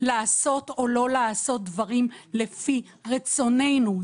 לעשות או לא לעשות דברים לפי רצוננו.